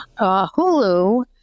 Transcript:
Hulu